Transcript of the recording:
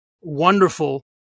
wonderful